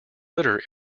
litter